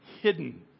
hidden